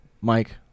Mike